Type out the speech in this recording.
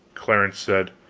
clarence said